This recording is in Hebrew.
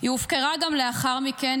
היא הופקרה גם לאחר מכן,